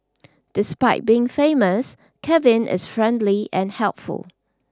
despite being famous Kevin is friendly and helpful